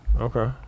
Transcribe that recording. Okay